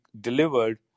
delivered